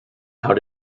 how